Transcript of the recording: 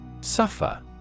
Suffer